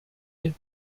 mais